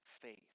faith